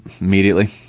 immediately